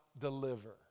deliver